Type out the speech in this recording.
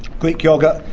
greek yoghurt,